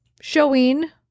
showing